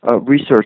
research